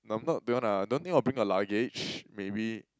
number beyond ah don't think I'll bring a luggage maybe